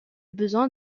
besoin